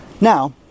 Now